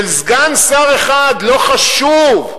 של סגן שר אחד לא חשוב,